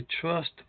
trust